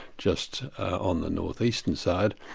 just on the north-eastern side,